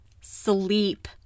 Sleep